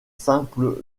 simples